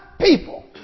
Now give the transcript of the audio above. people